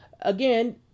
again